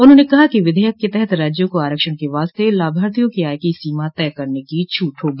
उन्होंन कहा कि विधेयक के तहत राज्यों को आरक्षण के वास्ते लाभार्थियों की आय की सीमा तय करने की छूट होगी